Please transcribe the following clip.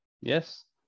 yes